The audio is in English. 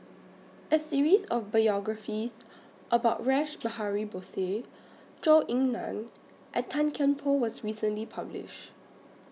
A series of biographies about Rash Behari Bose Zhou Ying NAN and Tan Kian Por was recently published